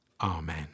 amen